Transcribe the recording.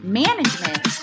management